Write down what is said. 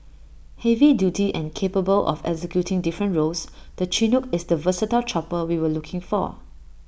heavy duty and capable of executing different roles the Chinook is the versatile chopper we were looking for